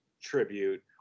tribute